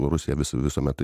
rusija vis vis visuomet